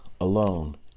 alone